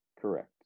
correct